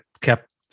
kept